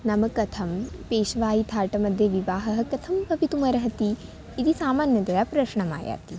नाम कथं पेश्वायिफाटमध्ये विवाहः कथं भवितुमर्हति इति सामान्यतया प्रश्नः आयाति